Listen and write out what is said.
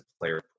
player